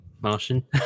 Martian